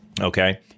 Okay